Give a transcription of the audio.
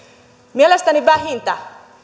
mielestäni vähintä